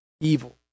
evil